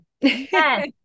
Yes